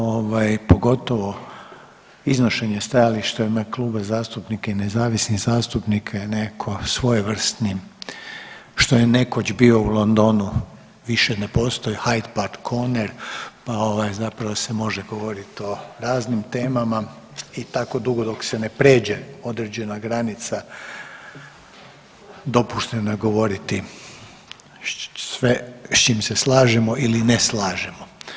Ovaj, pogotovo iznošenje stajališta u ime kluba zastupnika i nezavisnih zastupnika je neko svojevrsnim, što je nekoć bio u Londonu, više ne postoji, Hyde Park Corner pa ovaj, zapravo se može govoriti o raznim temama i tako dugo dok se ne pređe određena granica, dopušteno je govoriti sve s čim se slažemo ili ne slažemo.